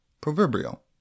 Proverbial